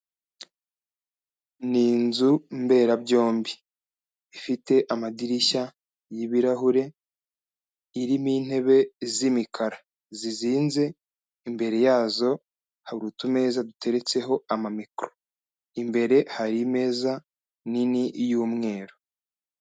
Ni inzu mberabyombi ifite amadirishya y'ibirahure, irimo intebe z'imikara zizinze, imbere yazo hari utumeza duteretseho amamikoro, imbere hari imeza nini y'umweru.